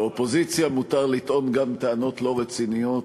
לאופוזיציה מותר לטעון גם טענות לא רציניות,